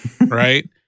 right